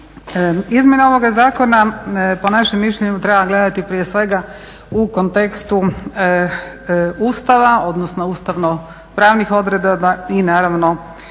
Izmjene ovoga zakona po našem mišljenju treba gledati prije svega u kontekstu Ustava, odnosno ustavno-pravnih odredaba i naravno